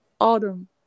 Autumn